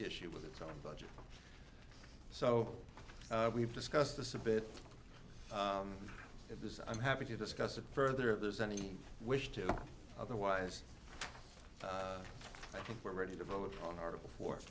issue with its own budget so we've discussed this a bit of this i'm happy to discuss it further if there's any wish to otherwise i think we're ready to vote on article for